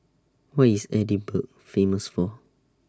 What IS Edinburgh Famous For